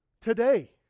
today